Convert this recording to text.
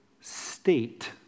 state